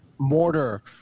Mortar